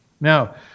Now